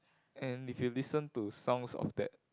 and if you listen to songs of that